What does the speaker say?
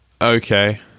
okay